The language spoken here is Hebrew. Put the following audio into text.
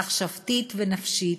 מחשבתית ונפשית,